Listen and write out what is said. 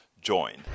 join